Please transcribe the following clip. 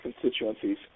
constituencies